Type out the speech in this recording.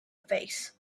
face